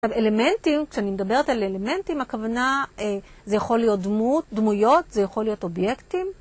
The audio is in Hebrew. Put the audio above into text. אז אלמנטים, כשאני מדברת על אלמנטים, הכוונה, זה יכול להיות דמויות, זה יכול להיות אובייקטים.